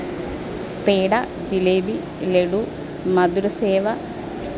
peda jalebi laddu മധുരസേവ